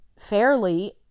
fairly